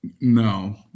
No